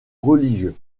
religieux